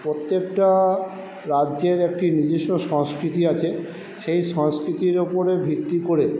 প্রত্যেকটা রাজ্যের একটি নিজেস্ব সংস্কৃতি আছে সেই সংস্কৃতির ওপরে ভিত্তি করে